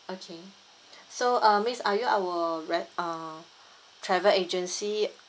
okay so uh miss are you our re~ uh travel agency